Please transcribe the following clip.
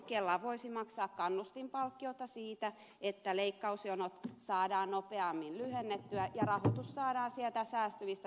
kela voisi esimerkiksi maksaa kannustinpalkkiota siitä että leikkausjonot saadaan nopeammin lyhennettyä ja rahoitus saadaan sieltä säästyvistä sairauspäivistä